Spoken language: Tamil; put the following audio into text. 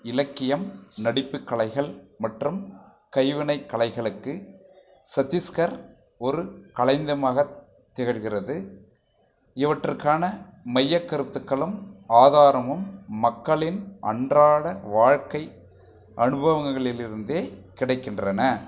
இலக்கியம் நடிப்புக் கலைகள் மற்றும் கைவினைக் கலைகளுக்கு சத்தீஸ்கர் ஒரு களஞ்சியமாக திகழ்கிறது இவற்றுக்கான மையக் கருத்துக்களும் ஆதாரமும் மக்களின் அன்றாட வாழ்க்கை அனுபவங்களிலிருந்தே கிடைக்கின்றன